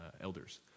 elders